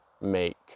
make